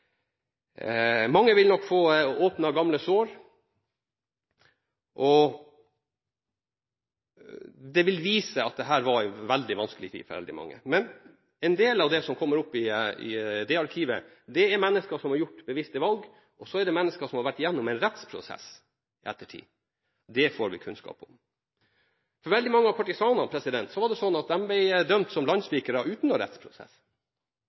Mange vil nok få åpnet gamle sår, og det vil vise at dette var en veldig vanskelig tid for veldig mange. Men en del av det som vil komme fram i dette arkivet, vil vise at dette var mennesker som gjorde bevisste valg, og dette var mennesker som i ettertid har vært gjennom en rettsprosess. Det får vi kunnskap om. Veldig mange av partisanene ble dømt som landssvikere uten en rettsprosess. De ble dømt som